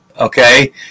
okay